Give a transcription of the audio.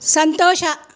ಸಂತೋಷ